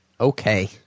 Okay